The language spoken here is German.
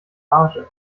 rage